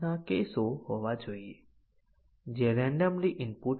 અને તે પછી આપણે કન્ડીશન નિર્ણયના કવરેજ પર પણ ધ્યાન આપ્યું હતું